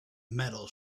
metal